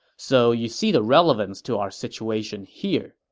so you see the relevance to our situation here